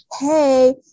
hey